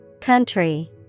Country